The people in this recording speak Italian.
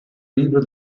libro